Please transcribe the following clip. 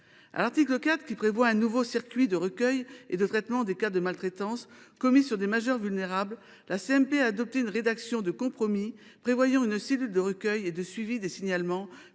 À l’article 4, qui prévoit un nouveau circuit de recueil et de traitement des cas de maltraitance commis sur des majeurs vulnérables, la commission mixte paritaire a adopté une rédaction de compromis prévoyant une cellule de recueil et de suivi des signalements